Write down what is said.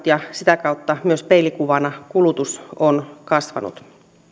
ja sitä kautta myös peilikuvana kulutus on kasvanut